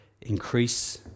increase